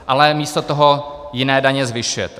Ale místo toho jiné daně zvyšujete.